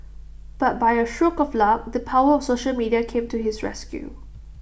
but by A stroke of luck the power of social media came to his rescue